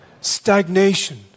stagnation